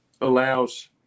allows